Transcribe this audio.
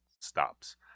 stops